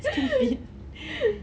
stupid